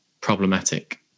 problematic